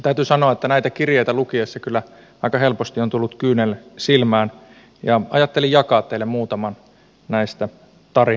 täytyy sanoa että näitä kirjeitä lukiessa kyllä aika helposti on tullut kyynel silmään ja ajattelin jakaa teille muutaman näistä tarinoista